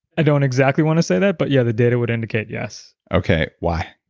i don't exactly want to say that but yeah, the data would indicate yes okay, why?